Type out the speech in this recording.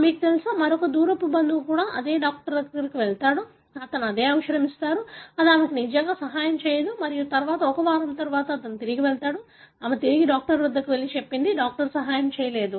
మీకు తెలుసా మరొక దూరపు బంధువు కూడా అదే వైద్యుడి వద్దకు వెళ్తాడు అతను అదే ఔషధం ఇస్తాడు అది ఆమెకు నిజంగా సహాయం చేయదు మరియు తర్వాత ఒక వారం తర్వాత అతను తిరిగి వెళ్తాడు ఆమె తిరిగి డాక్టర్ వద్దకు వెళ్లి చెప్పింది డాక్టర్ సహాయం చేయలేదు